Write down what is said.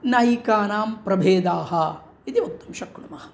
नायिकानां प्रभेदाः इति वक्तुं शक्नुमः